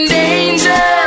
danger